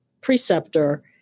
preceptor